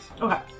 Okay